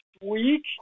week